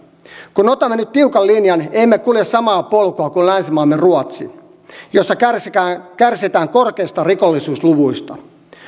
kun otamme nyt tiukan linjan emme kulje samaa polkua kuin länsinaapurimaamme ruotsi jossa kärsitään kärsitään korkeista rikollisuusluvuista